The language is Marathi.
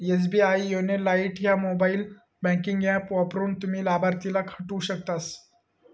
एस.बी.आई योनो लाइट ह्या मोबाईल बँकिंग ऍप वापरून, तुम्ही लाभार्थीला हटवू शकतास